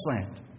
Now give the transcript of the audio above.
land